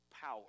power